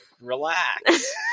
relax